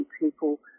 people